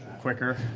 quicker